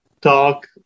talk